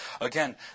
Again